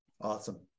Awesome